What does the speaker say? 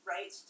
Right